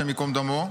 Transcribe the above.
השם ייקום דמו,